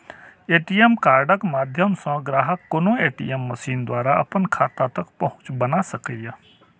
ATM कार्डक माध्यम सं ग्राहक कोनो ए.टी.एम मशीन द्वारा अपन खाता तक पहुंच बना सकैए